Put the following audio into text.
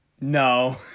No